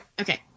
Okay